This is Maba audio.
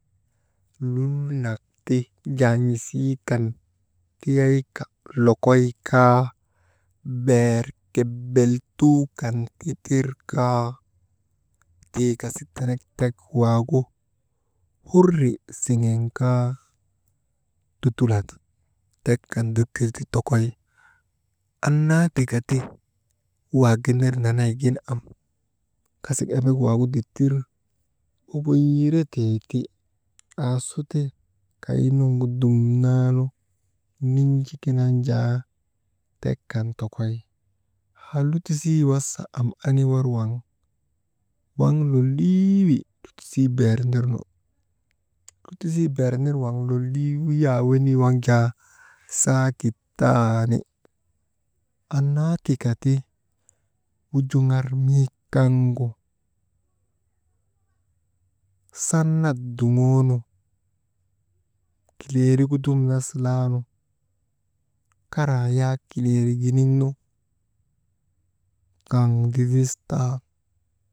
Lulnak ti jaan̰isii kan tiyayka lokoy kaa, beer kepbel tuu kan ti tir kaa, tii kasik tenek tek waagu huri siŋen kaa tutulandi, tek kan dittirti tokoy, annaa tika ti waagin ner nanaygin kasik embek waagu dittir owuyiretee ti, aasuti kaynuŋgu dumnaanu, ninjikinan jaa tek kan tokoy, haa lutisii wasa am aniwar waŋ waŋ lolii wi lutisii beer nirnu, lutisii beer nirnu lolii yaawenii waŋ jaa, saakit taani, annaa tika ti wunjuŋar mii kaŋgu, sannat duŋoonu, kileerigu dum naslaanu, karaa yak kileerik giniŋnu, kaŋ ndidistan.